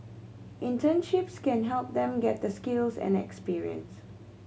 internships can help them get the skills and experience